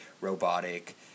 robotic